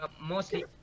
mostly